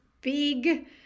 big